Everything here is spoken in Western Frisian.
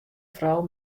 frou